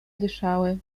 dyszały